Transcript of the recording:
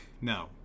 no